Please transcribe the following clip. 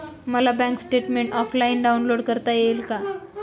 मला bank statement offline download करता येईल का?